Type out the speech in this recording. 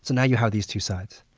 so now you have these two sides.